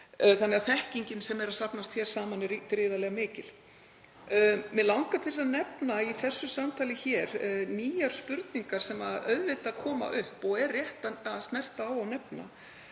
annars staðar. Þekkingin sem er að safnast saman er því gríðarlega mikil. Mig langar til að nefna í þessu samtali nýjar spurningar sem auðvitað koma upp og er rétt að snerta á og nefna,